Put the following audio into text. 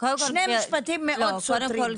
שני משפטים סותרים מאוד.